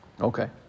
Okay